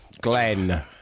Glenn